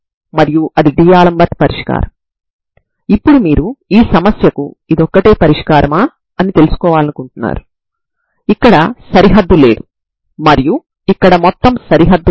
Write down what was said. ఈ An మరియు Bn ల నుండి మనకు కావాల్సిన సాధారణ పరిష్కారం uxtn1Ancos nπcb a tBnsin nπcb a tsin nπb a అవుతుంది